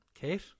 Kate